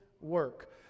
work